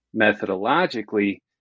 methodologically